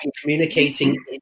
communicating